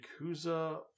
Yakuza